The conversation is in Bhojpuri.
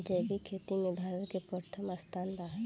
जैविक खेती में भारत के प्रथम स्थान बा